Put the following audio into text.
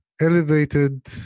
elevated